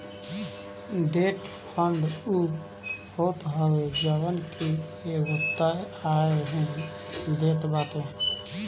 debt fund उ होत हवे जवन की एगो तय आय ही देत बाटे